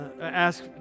ask